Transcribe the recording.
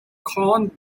called